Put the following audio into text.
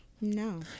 No